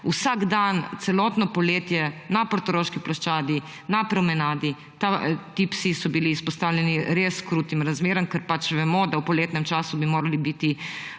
Vsak dan, celotno poletje, na portoroški ploščadi, na promenadi, ti psi so bili izpostavljeni res krutim razmeram, ker pač vemo, da v poletnem času bi morale biti